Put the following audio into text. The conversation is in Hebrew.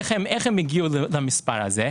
איך הם הגיעו למספר הזה?